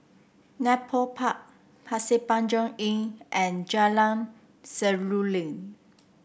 Nepal Park Pasir Panjang Inn and Jalan Seruling